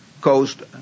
coast